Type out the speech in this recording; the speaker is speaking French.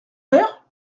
père